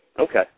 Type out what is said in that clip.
Okay